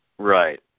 Right